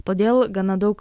todėl gana daug